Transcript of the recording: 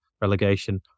relegation